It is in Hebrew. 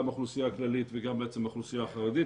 גם האוכלוסייה הכללית וגם האוכלוסייה החרדית,